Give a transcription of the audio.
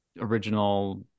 original